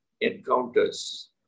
Encounters